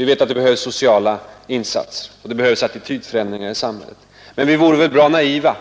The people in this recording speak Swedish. Vi vet att det behövs sociala insatser och vi vet att det behövs attitydförändringar i samhället. Men vi vore väl bra naiva,